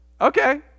okay